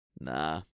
Nah